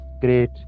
great